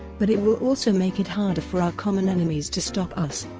but it will also make it harder for our common enemies to stop us.